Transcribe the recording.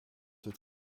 het